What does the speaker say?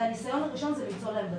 והנסיון הראשון זה למצוא להם בתים.